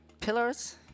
pillars